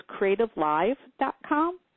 creativelive.com